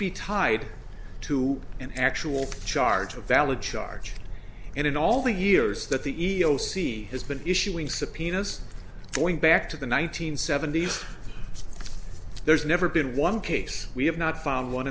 be tied to an actual charge a valid charge and in all the years that the e e o c has been issuing subpoenas going back to the one nine hundred seventy s there's never been one case we have not found one